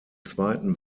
zweiten